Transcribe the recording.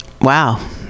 wow